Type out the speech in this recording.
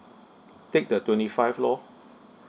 take the twenty five lor